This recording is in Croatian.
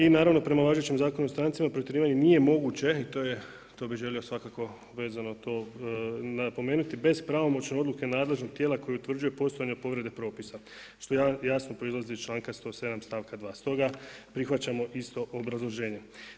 I naravno prema važećem Zakonu o strancima protjerivanje nije moguće i to bih želio svakako, vezano to napomenuti bez pravomoćne odluke nadležnog tijela koje utvrđuje postojanje od povrede propisa što jasno proizlazi i članka 107. stavka 2. Stoga prihvaćamo isto obrazloženje.